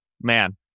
man